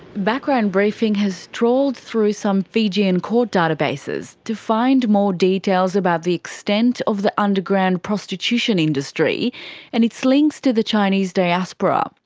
background briefing has trawled through some fijian court databases to find more details about the extent of the underground prostitution industry and its links to the chinese diaspora.